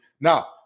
Now